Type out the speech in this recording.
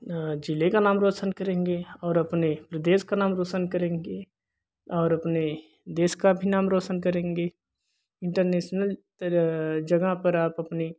जिले का नाम रौशन करेंगे और अपने प्रदेश का नाम रौशन करेंगे और अपने देश का भी नाम रौशन करेंगे इंटरनेशनल जगह पर आप अपनी